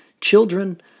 children